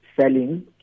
selling